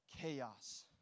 chaos